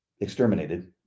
exterminated